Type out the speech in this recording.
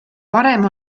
parem